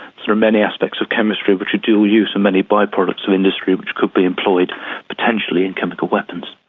are many aspects of chemistry which are dual-use and many by-products of industry which could be employed potentially in chemical weapons.